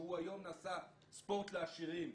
שהיום הוא נעשה ספורט לעשירים.